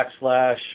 backslash